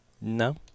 No